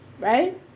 right